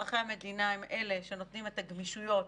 אזרחי המדינה הם אלה שנותנים את הגמישויות